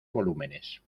volúmenes